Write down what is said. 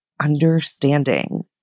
understanding